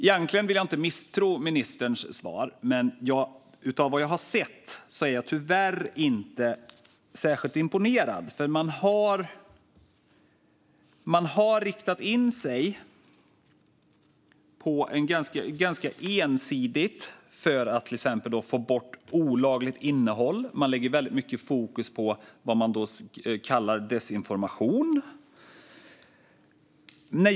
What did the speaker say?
Egentligen vill jag inte misstro ministern utifrån hennes svar, men av vad jag har sett är jag tyvärr inte särskilt imponerad. Man har riktat in sig ganska ensidigt för att till exempel få bort olagligt innehåll. Man lägger väldigt mycket fokus på det som man kallar desinformation.